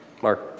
Mark